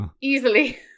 easily